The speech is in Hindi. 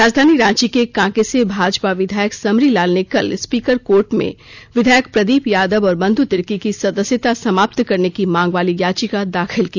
राजधारी रांची के कांके से भाजपा विधायक समरीलाल ने कल स्पीकर कोर्ट में विधायक प्रदीप यादव और बंधु तिर्की की सदस्यता समाप्त करने की मांग वाली याचिका दाखिल की